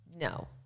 No